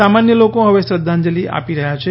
સામાન્ય લોકો હવે શ્રદ્ધાંજલિ આપી રહ્યા છે